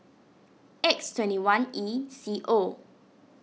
X twenty one E C O